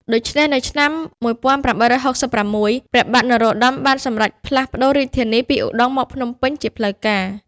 ដូច្នេះ នៅឆ្នាំ ១៨៦៦ ព្រះបាទនរោត្តមបានសម្រេចផ្លាស់ប្តូររាជធានីពីឧដុង្គមកភ្នំពេញជាផ្លូវការ។